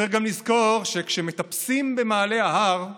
צריך גם לזכור שכשמטפסים במעלה ההר,